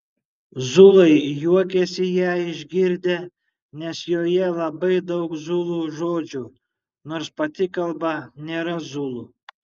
zulai juokėsi ją išgirdę nes joje labai daug zulų žodžių nors pati kalba nėra zulų